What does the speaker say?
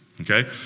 Okay